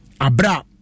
Abra